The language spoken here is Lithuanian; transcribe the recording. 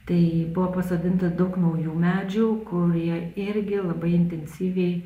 tai buvo pasodinta daug naujų medžių kurie irgi labai intensyviai